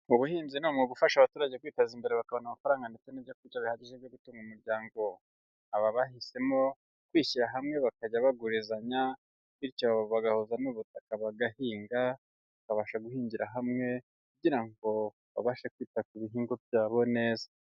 Ubuhinzi ni umwuga ufasha abaturage kwiteza imbere bakabona amafaranga ndetse n'ibyo kurya bihagije byo gutunga umuryango. Aba bahisemo kwishyira hamwe bakajya bagurizanya, bityo bagahuza n'ubutaka bagahinga, bakabasha guhingira hamwe kugira ngo babashe kwita ku bihingwa byabo neza.